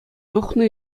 тухнӑ